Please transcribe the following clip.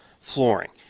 flooring